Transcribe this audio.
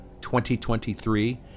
2023